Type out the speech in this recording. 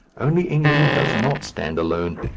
only england does not stand alone,